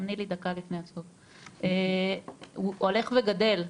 הוא הולך וגדל.